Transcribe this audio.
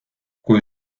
kui